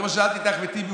כמו ששאלתי את אחמד טיבי,